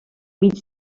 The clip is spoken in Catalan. mig